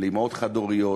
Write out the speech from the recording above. לחד-הוריות,